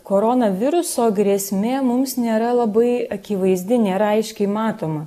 korona viruso grėsmė mums nėra labai akivaizdi nėra aiškiai matoma